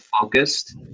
focused